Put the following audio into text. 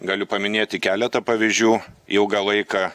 galiu paminėti keletą pavyzdžių ilgą laiką